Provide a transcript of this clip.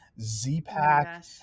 Z-pack